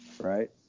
right